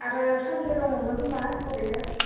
आरो सानसे दङआनो खोमा परिखा